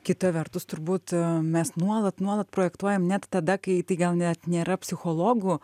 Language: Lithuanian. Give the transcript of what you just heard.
kita vertus turbūt mes nuolat nuolat projektuojam net tada kai tai gal net nėra psichologų